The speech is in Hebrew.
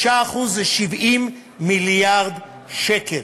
6% זה 70 מיליארד שקל,